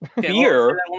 Beer